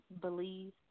believe